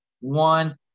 one –